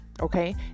Okay